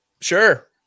sure